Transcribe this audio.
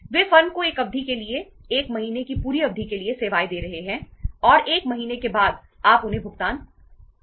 वे firm को एक अवधि के लिए 1 महीने की पूरी अवधि के लिए सेवाएं दे रहे हैं और 1 महीने के बाद आपको उन्हें भुगतान करना होगा